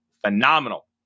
phenomenal